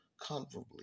comfortably